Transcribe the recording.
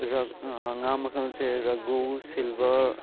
ꯉꯥ ꯃꯈꯜꯁꯦ ꯔꯛꯒꯨ ꯁꯤꯜꯚꯔ